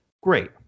great